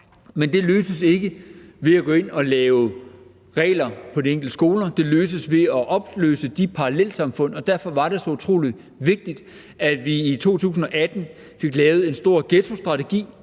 Men det løses ikke ved at gå ind og lave regler på de enkelte skoler, det løses ved at opløse de parallelsamfund, og derfor var det så utrolig vigtigt, at vi i 2018 fik lavet en stor ghettostrategi,